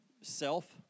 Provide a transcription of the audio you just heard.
self